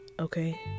Okay